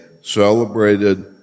celebrated